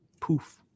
Poof